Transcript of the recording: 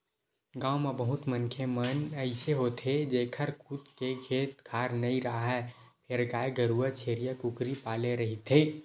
गाँव म बहुत मनखे मन अइसे होथे जेखर खुद के खेत खार नइ राहय फेर गाय गरूवा छेरीया, कुकरी पाले रहिथे